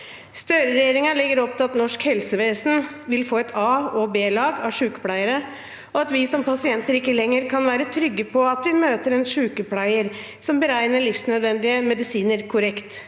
Støre-regjeringen legger opp til at norsk helsevesen vil få et a- og b-lag av sykepleiere, og at vi som pasienter ikke lenger kan være trygge på at vi møter en sykepleier som beregner livsnødvendige medisiner korrekt.